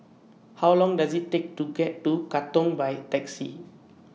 How Long Does IT Take to get to Katong By Taxi